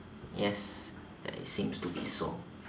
yes there seems to be so